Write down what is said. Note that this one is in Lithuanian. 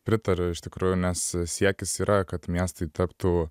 pritariu iš tikrųjų nes siekis yra kad miestai taptų